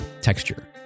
texture